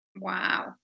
Wow